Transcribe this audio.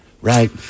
right